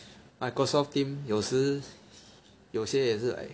Microsoft team 有时有些也是 like